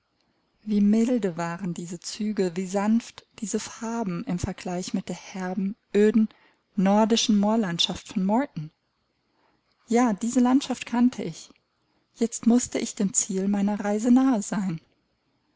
wie milde waren diese züge wie sanft diese farben im vergleich mit der herben öden nordischen moorlandschaft von morton ja diese landschaft kannte ich jetzt mußte ich dem ziel meiner reise nahe sein